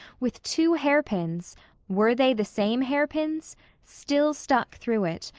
with two hairpins were they the same hairpins still stuck through it.